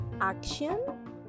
action